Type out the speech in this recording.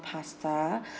pasta